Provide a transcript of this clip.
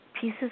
pieces